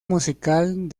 musical